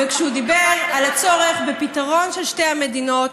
וכשהוא דיבר על הצורך בפתרון של שתי המדינות.